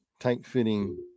Tight-fitting